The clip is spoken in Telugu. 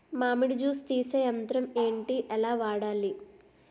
మామిడి జూస్ తీసే యంత్రం ఏంటి? ఎలా వాడాలి?